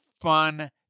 fun